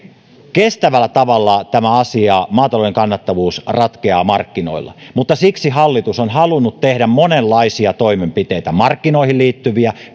kestävällä tavalla tämä asia maatalouden kannattavuus ratkeaa markkinoilla mutta siksi hallitus on halunnut tehdä monenlaisia toimenpiteitä markkinoihin liittyviä